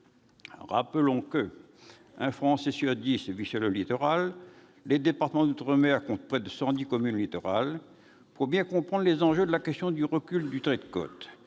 Rappelons qu'un Français sur dix vit sur le littoral et que les départements d'outre-mer comptent près de cent dix communes littorales. Pour bien comprendre les enjeux de la question du recul du trait de côte,